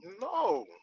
No